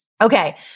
Okay